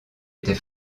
était